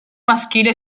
maschile